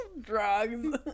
Drugs